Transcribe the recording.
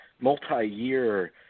multi-year